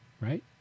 right